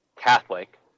Catholic